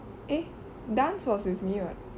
eh dance was with me right